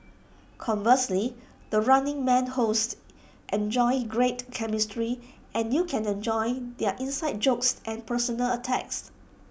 conversely the running man hosts enjoy great chemistry and you can enjoy their inside jokes and personal attacks